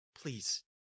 Please